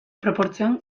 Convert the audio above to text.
proportzioan